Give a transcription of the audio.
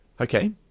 Okay